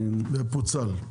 ופוצל.